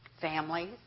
families